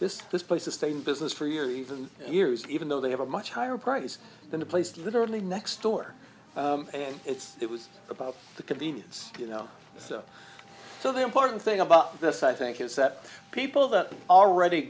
this this place to stay in business for years even years even though they have a much higher price than a place literally next door and it's it was about the convenience you know so so the important thing about this i think is that people that already